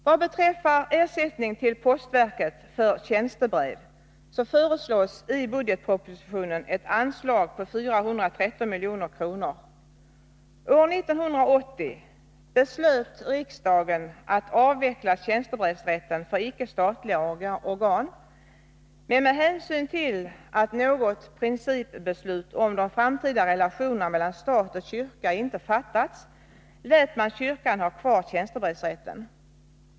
Vad beträffar ersättning till postverket för tjänstebrev föreslås i budgetpropositionen ett anslag på 413 milj.kr. År 1980 beslöt riksdagen att avveckla tjänstebrevsrätten för icke statliga organ, men med hänsyn till att något principbeslut om de framtida relationerna mellan stat och kyrka inte fattats lät man kyrkan ha kvar tjänstebrevsrätten.